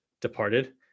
departed